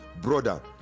brother